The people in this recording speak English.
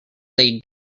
they